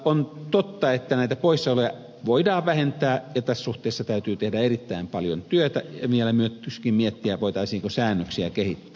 on totta että näitä poissaoloja voidaan vähentää ja tässä suhteessa täytyy tehdä erittäin paljon työtä ja vielä myöskin miettiä voitaisiinko säännöksiä kehittää